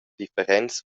differents